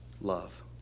love